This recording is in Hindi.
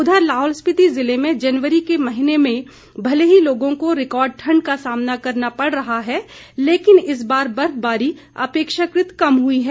उधर लाहौल स्पीति ज़िले में जनवरी के महीने में भले ही लोगों को रिकॉर्ड ठण्ड का सामना करना पड़ रहा है लेकिन इस बार बर्फबारी अपेक्षाकृत कम हुई है